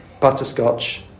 butterscotch